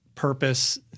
purpose